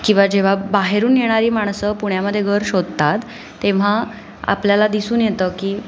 किंवा जेव्हा बाहेरून येणारी माणसं पुण्यामध्ये घर शोधतात तेव्हा आपल्याला दिसून येतं की